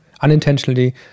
unintentionally